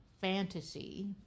fantasy